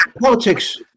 politics